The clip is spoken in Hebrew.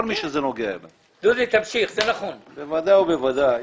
בוודאי ובוודאי